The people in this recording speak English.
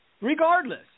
regardless